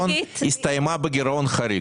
הסתיימה בגירעון חריג.